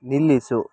ನಿಲ್ಲಿಸು